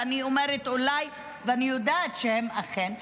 ואני אומרת אולי ואני יודעת שאכן,